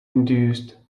induced